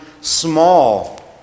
small